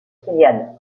kilian